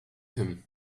him